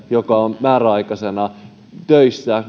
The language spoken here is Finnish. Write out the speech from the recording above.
joka on määräaikaisena töissä